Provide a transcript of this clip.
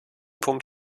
punkt